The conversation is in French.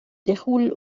déroulent